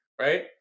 right